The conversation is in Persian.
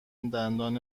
دندان